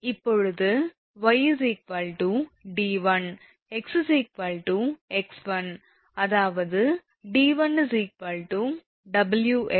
இப்போது 𝑦 𝑑1 𝑥 x1 அதாவது 𝑑1 𝑊𝑥122𝑇